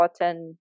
important